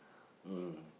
mm